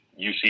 UC